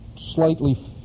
slightly